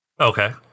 Okay